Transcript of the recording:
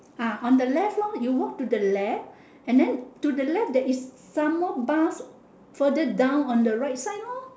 ah on the left lor you walk to the left and then to the left there is some more bus further down on the right side lor